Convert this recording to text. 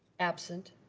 absent?